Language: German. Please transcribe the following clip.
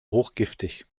hochgiftig